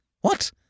What